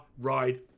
ride